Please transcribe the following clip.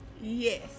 Yes